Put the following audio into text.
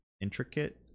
intricate